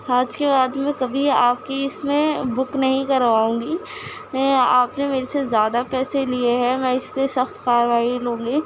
آج کے بعد میں کبھی آپ کی اِس میں بک نہیں کرواؤں گی آپ نے میرے سے زیادہ پیسے لیے ہیں میں اِس پہ سخت کارروائی لوں گی